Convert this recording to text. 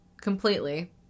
completely